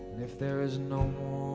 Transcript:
if there's no